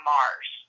Mars